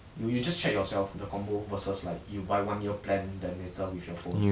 you you just check yourself the combo versus like you buy one year plan then later with your phone